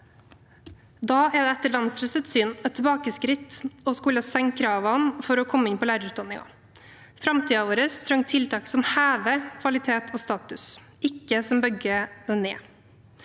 Da er det etter Venstres syn et tilbakeskritt å skulle senke kravene for å komme inn på lærerutdanningen. Framtiden vår trenger tiltak som hever kvalitet og status, ikke tiltak som bygger det ned.